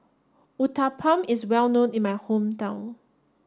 Uthapam is well known in my hometown